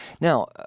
Now